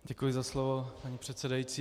Děkuji za slovo, paní předsedající.